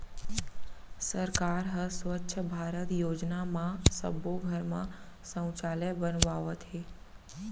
सरकार ह स्वच्छ भारत योजना म सब्बो घर म सउचालय बनवावत हे